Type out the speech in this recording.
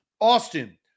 Austin